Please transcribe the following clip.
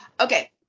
Okay